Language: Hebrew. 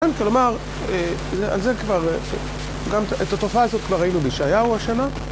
כלומר, את התופעה הזאת כבר ראינו בישעיהו השנה.